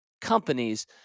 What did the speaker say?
companies